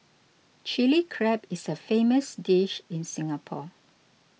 Chilli Crab is a famous dish in Singapore